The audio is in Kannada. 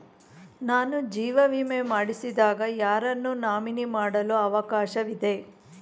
ನಾನು ಜೀವ ವಿಮೆ ಮಾಡಿಸಿದಾಗ ಯಾರನ್ನು ನಾಮಿನಿ ಮಾಡಲು ಅವಕಾಶವಿದೆ?